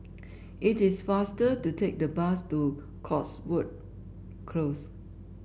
it is faster to take the bus to Cotswold Close